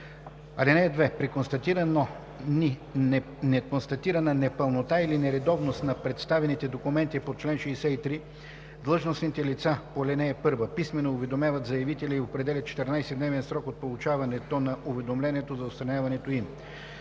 (2) При констатирана непълнота или нередовност на представените документи по чл. 63 длъжностните лица по ал. 1 писмено уведомяват заявителя и определят 14-дневен срок от получаването на уведомлението за отстраняването им.